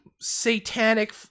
satanic